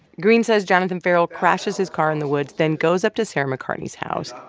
greene says jonathan ferrell crashes his car in the woods, then goes up to sarah mccartney's house.